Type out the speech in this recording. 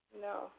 No